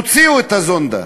הוציאו את הזונדה.